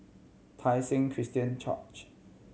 Tai Seng Christian Church